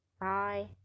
bye